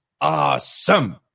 awesome